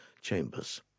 Chambers